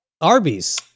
Arby's